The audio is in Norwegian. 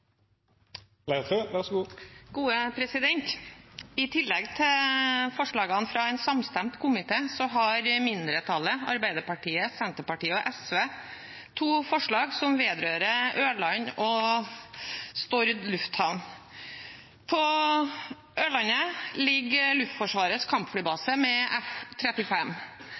I tillegg til forslagene fra en samstemt komité har mindretallet, Arbeiderpartiet, Senterpartiet og SV, to forslag som vedrører Ørland lufthavn og Stord lufthavn. På Ørland ligger Luftforsvarets kampflybase med